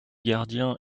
gardiens